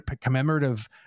commemorative